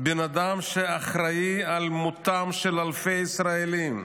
בן אדם שאחראי למותם של אלפי ישראלים,